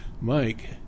Mike